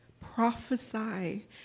Prophesy